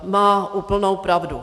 Má úplnou pravdu.